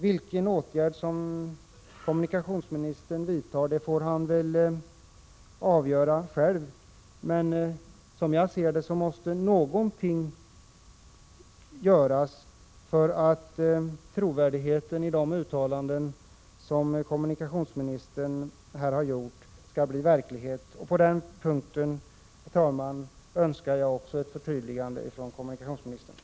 Vilken åtgärd kommunikationsministern vidtar får han väl själv avgöra, men som jag ser det måste någonting göras för att de uttalanden kommunikationsministern här har gjort skall bli trovärdiga. Herr talman! Också här önskar jag ett förtydligande från kommunikationsministern.